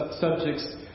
subjects